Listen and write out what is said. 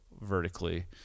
vertically